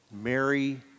Mary